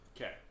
Okay